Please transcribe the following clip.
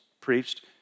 preached